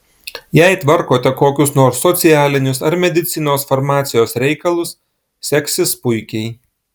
jei tvarkote kokius nors socialinius ar medicinos farmacijos reikalus seksis puikiai